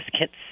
kits